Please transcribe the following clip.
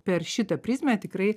per šitą prizmę tikrai